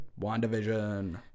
WandaVision